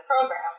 program